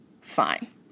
Fine